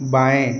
बाएँ